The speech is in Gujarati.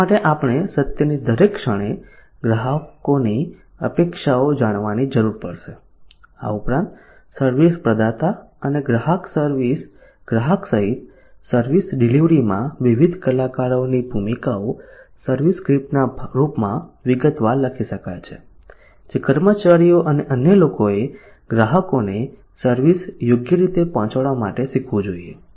આ માટે આપણે સત્યની દરેક ક્ષણે ગ્રાહકોની અપેક્ષાઓ જાણવાની જરૂર પડશે આ ઉપરાંત સર્વિસ પ્રદાતા અને ગ્રાહક સહિત સર્વિસ ડિલિવરીમાં વિવિધ કલાકારોની ભૂમિકાઓ સર્વિસ સ્ક્રિપ્ટના રૂપમાં વિગતવાર લખી શકાય છે જે કર્મચારીઓ અને અન્ય લોકોએ ગ્રાહકોને સર્વિસ યોગ્ય રીતે પહોંચાડવા માટે શીખવું જોઈએ